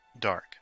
Dark